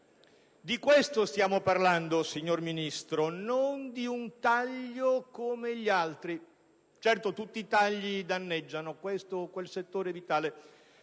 di questo stiamo parlando, signor Ministro, non di un taglio come gli altri. Certo, tutti i tagli danneggiano questo o quel settore vitale,